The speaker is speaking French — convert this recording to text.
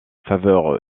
faveur